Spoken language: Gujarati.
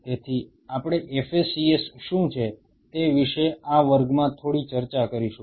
તેથી આપણે FACS શું છે તે વિશે આ વર્ગમાં થોડી ચર્ચા કરીશું